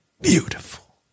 beautiful